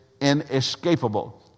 inescapable